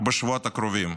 בשבועות הקרובים,